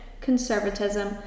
conservatism